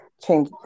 change